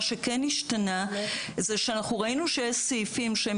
מה שכן השתנה שראינו שיש סעיפים שהם